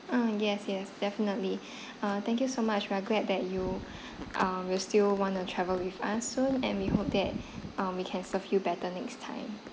uh yes yes definitely uh thank you so much we are glad that you uh will still want to travel with us soon and we hope that um we can serve you better next time